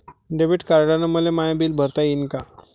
Debit कार्डानं मले माय बिल भरता येईन का?